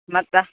ಮತ್ತೆ